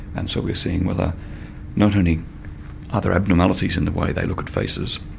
and so we are seeing whether not only other abnormalities in the way they look at faces,